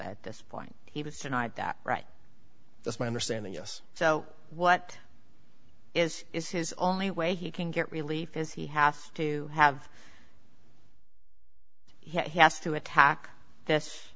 at this point he was denied that right that's my understanding yes so what is is his only way he can get relief is he has to have he has to attack th